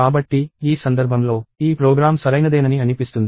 కాబట్టి ఈ సందర్భంలో ఈ ప్రోగ్రామ్ సరైనదేనని అనిపిస్తుంది